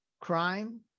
crime